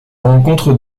rencontre